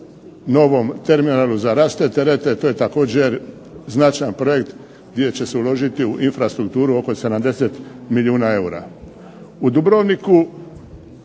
ne razumije./... terete. To je također značajan projekt gdje će se uložiti u infrastrukturu oko 70 milijuna eura.